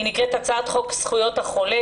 היא קראת: הצעת חוק זכויות החולה,